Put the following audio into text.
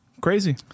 crazy